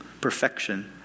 perfection